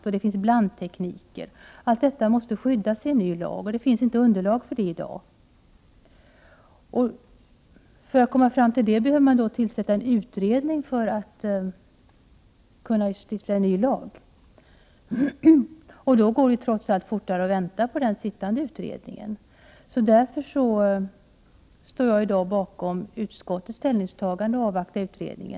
1988/89:104 detta måste skyddas i en ny lag, och det finns inte underlag för det i dag. — 26 april 1989 För att kunna stifta en ny lag behövs det en utredning, och då går det trots .:. K or allt fortare att vänta på att den sittande utredningen skall bli färdig. Därför Vissa sekretessfråg: a än : rörande skyddet för enstår jag i dag bakom utskottets ställningstagande och avvaktar utredningen.